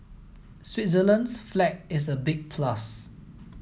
Switzerland's flag is a big plus